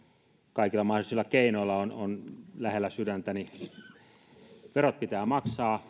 kaikilla mahdollisilla keinoilla on on lähellä sydäntäni verot pitää maksaa